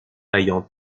ayant